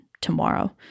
tomorrow